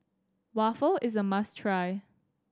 waffle is a must try